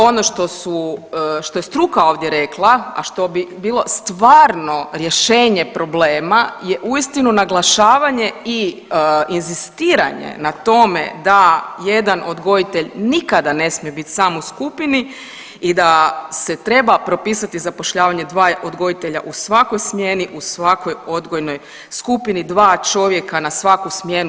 Ono što je struka ovdje rekla, a što bi bilo stvarno rješenje problema, je uistinu naglašavanje i inzistiranje na tome da jedan odgojitelj nikada ne smije biti sam u skupini i da se treba propisati zapošljavanje dva odgojitelja u svakoj smjeni, u svakoj odgojnoj skupini dva čovjeka na svaku smjenu.